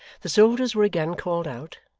the soldiers were again called out,